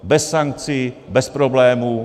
Bez sankcí, bez problémů.